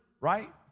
right